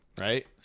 Right